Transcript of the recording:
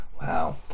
wow